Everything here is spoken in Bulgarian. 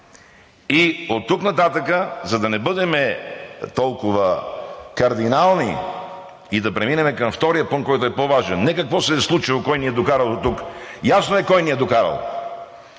И оттук нататък, за да не бъдем толкова кардинални и да преминем към втория пункт, който е по-важен – не какво се е случило, кой ни е докарал дотук. Ясно е кой ни е докарал